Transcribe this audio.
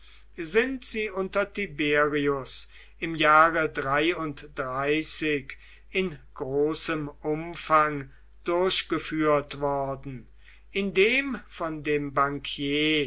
sind sie unter tiberius im jahre in großem umfang durchgeführt worden indem von dem bankier